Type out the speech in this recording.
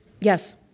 Yes